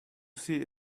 see